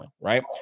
Right